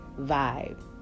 vibe